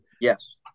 Yes